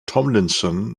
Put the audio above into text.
tomlinson